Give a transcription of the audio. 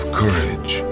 courage